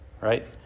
Right